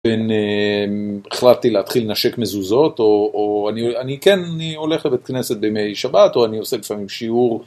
החלטתי להתחיל לנשק מזוזות או אני כן הולך לבית כנסת בימי שבת או אני עושה לפעמים שיעור.